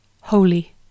Holy